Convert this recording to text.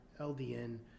ldn